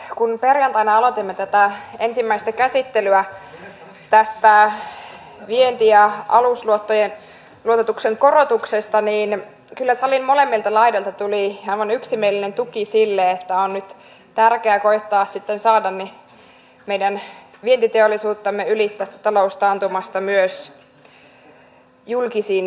kun perjantaina aloitimme tätä ensimmäistä käsittelyä tästä vienti ja alusluottojen luototuksen korotuksesta niin kyllä salin molemmilta laidoilta tuli aivan yksimielinen tuki sille että on tärkeää nyt koettaa sitten saada meidän vientiteollisuuttamme yli tästä taloustaantumasta myös julkisin keinoin